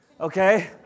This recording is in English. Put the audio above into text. okay